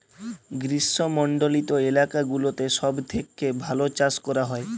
গ্রীস্মমন্ডলিত এলাকা গুলাতে সব থেক্যে ভাল চাস ক্যরা হ্যয়